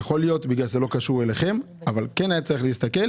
יכול להיות שזה לא קשור אליכם אבל כן היה צריך להסתכל.